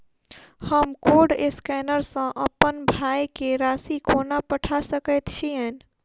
हम code scanner सँ अप्पन भाय केँ राशि कोना पठा सकैत छियैन?